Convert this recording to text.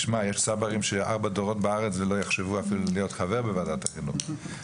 יש צברים שארבעה דורות בארץ ולא יחשבו אפילו להיות חברים בוועדת החינוך,